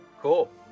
cool